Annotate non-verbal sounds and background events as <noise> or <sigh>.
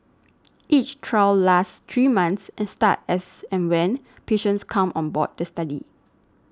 <noise> each trial lasts three months and start as and when patients come on board the study